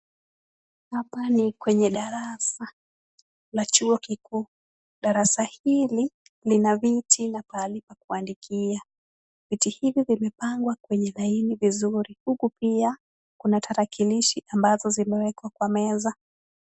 Hapa ni kwenye darasa la chuo kikuu. Darasa hili lina viti na pahali pa kuandikia. Viti hivi vimepangwa kwenye laini vizuri huku pia kuna tarakilishi ambazo zimewekwa kwa meza.